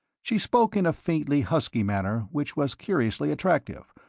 she spoke in a faintly husky manner which was curiously attractive,